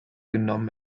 genommen